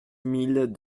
mille